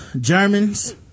Germans